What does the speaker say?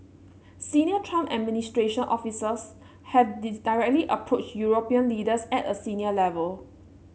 Senior Trump administration officials have this directly approached European leaders at a senior level